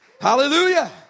Hallelujah